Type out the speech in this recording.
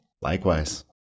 likewise